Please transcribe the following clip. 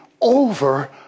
over